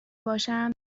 باشم